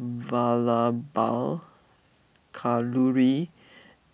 Vallabhbhai Kalluri